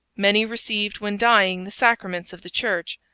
many received when dying the sacraments of the church.